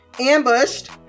ambushed